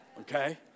Okay